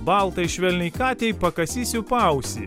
baltai švelniai katei pakasysiu paausį